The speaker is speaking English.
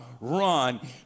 run